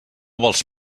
vols